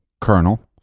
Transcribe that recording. colonel